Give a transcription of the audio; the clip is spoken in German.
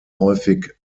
häufig